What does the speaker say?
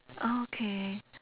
okay